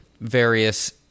various